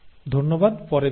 ধন্যবাদ এবং পরে দেখা হবে